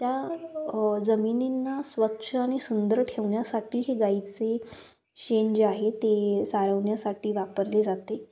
त्या जमिनींना स्वच्छ आणि सुंदर ठेवण्यासाठी हे गाईचे शेण जे आहे ते सारवण्यासाठी वापरले जाते